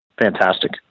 fantastic